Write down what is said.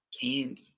Candy